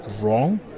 wrong